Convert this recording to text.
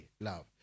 love